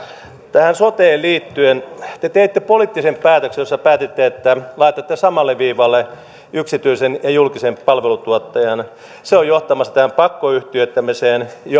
tähän soteen liittyen te teitte poliittisen päätöksen jossa päätitte että laitatte samalle viivalle yksityisen ja julkisen palveluntuottajan se on johtamassa tähän pakkoyhtiöittämiseen joka on